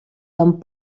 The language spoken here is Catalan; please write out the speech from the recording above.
amb